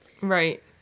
Right